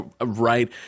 right